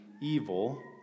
evil